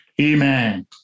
Amen